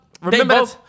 remember